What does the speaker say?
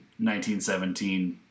1917